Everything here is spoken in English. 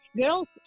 girls